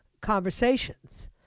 conversations